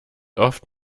oft